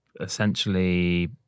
essentially